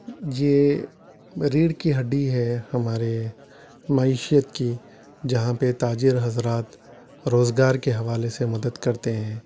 یہ ریڑھ کی ہڈی ہے ہمارے معیشیت کی جہاں پہ تاجر حضرات روزگار کے حوالے سے مدد کرتے ہیں